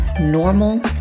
normal